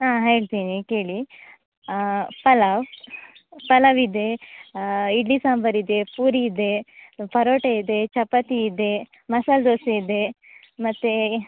ಹಾಂ ಹೇಳ್ತಿನಿ ಕೇಳಿ ಪಲಾವ್ ಪಲಾವಿದೆ ಇಡ್ಲಿ ಸಾಂಬಾರು ಇದೆ ಪೂರಿ ಇದೆ ಪರೋಟ ಇದೆ ಚಪಾತಿ ಇದೆ ಮಸಾಲದೋಸೆ ಇದೆ ಮತ್ತು